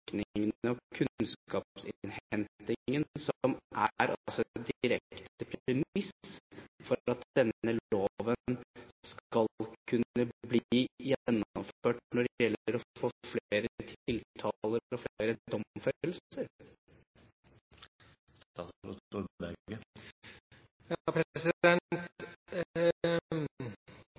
direkte premiss for at denne loven skal kunne bli gjennomført, når det gjelder å få flere tiltaler og